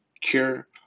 cure